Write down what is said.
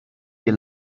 dir